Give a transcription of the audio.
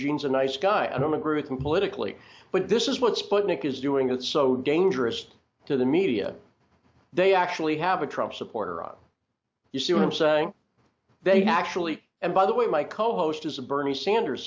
eugene's a nice guy i don't agree with them politically but this is what sputnik is doing it so dangerous to the media they actually have a trump supporter on you see him saying they actually and by the way my co host is a bernie sanders